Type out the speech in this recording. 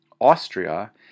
Austria